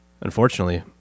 Unfortunately